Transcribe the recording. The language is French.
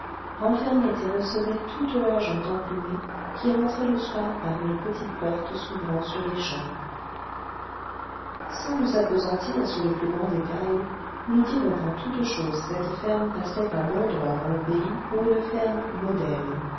renfermait et recevait toute la gent emplumée qui rentrait le soir par une petite porte s'ouvrant sur les champs sans nous appesantir sur de plus grands détails nous dirons qu'en toutes choses cette ferme passait à bon droit dans le pays pour une ferme modèle